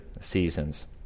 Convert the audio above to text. seasons